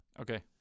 Okay